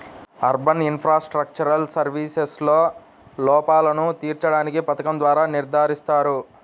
urban infrastructural సర్వీసెస్లో లోపాలను తీర్చడానికి పథకం ద్వారా నిర్ధారిస్తారు